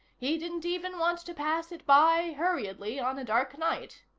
he didn't even want to pass it by hurriedly on a dark night.